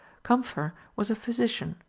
kaempfer was a physician,